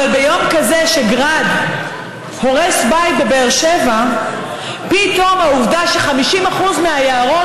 אבל ביום כזה שגראד הורס בית בבאר שבע פתאום העובדה ש-50% מהיערות,